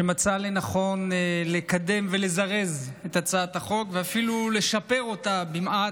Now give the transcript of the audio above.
שמצא לנכון לקדם ולזרז את הצעת החוק ואפילו לשפר אותה במעט,